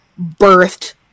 birthed